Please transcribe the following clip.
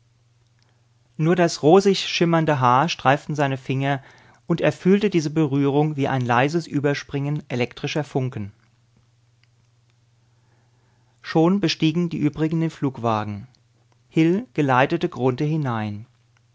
nur das rosig schimmernde haar streiften seine finger und er fühlte diese berührung wie ein leises überspringen elektrischer funken schon bestiegen die übrigen den flugwagen hil geleitete grunthe hinein